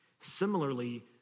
Similarly